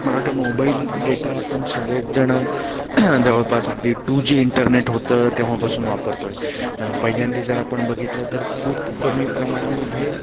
मला वाटतं mobile data आपण सगळेच जण जवळपास अगदी टू जी इंटरनेट होतं तेव्हापासून वापरतो आहे पहिल्यांदा जर आपण बघितलं तर खूप कमी प्रमाणामध्ये